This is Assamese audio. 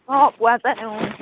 অঁ পোৱা যায় অঁ